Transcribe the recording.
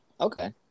Okay